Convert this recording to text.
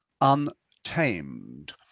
Untamed